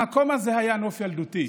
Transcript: המקום הזה היה נוף ילדותי.